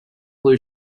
blue